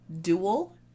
dual